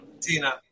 Tina